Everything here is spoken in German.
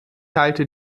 halte